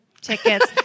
tickets